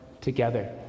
together